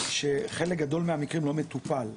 שחלק גדול מהמקרים לא מטופל.